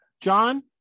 John